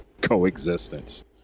coexistence